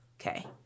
Okay